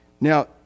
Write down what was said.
Now